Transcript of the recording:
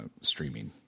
streaming